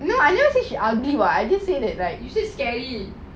no I never say she ugly [what]